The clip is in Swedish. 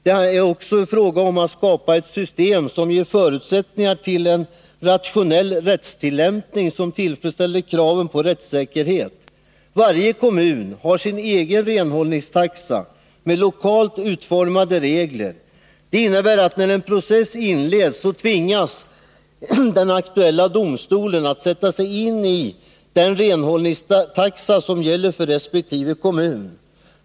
Det är också en fråga om att skapa ett system som ger förutsättningar för en rationell rättstillämpning som tillfredsställer kraven på rättssäkerhet. Varje kommun har sin egen renhållningstaxa med lokalt utformade regler. Det innebär att när en process inleds så tvingas den aktuella domstolen att sätta sig in i den renhållningstaxa som gäller för resp. kommun.